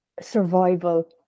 survival